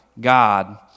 God